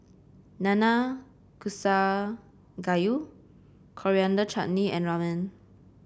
Nanakusa Gayu Coriander Chutney and Ramen